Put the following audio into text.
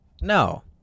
no